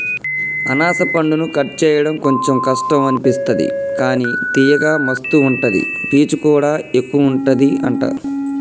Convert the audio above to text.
అనాస పండును కట్ చేయడం కొంచెం కష్టం అనిపిస్తది కానీ తియ్యగా మస్తు ఉంటది పీచు కూడా ఎక్కువుంటది అంట